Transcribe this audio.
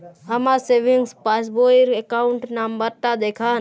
আমার সেভিংস পাসবই র অ্যাকাউন্ট নাম্বার টা দেখান?